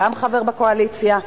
חבר בקואליציה,